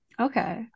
okay